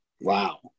Wow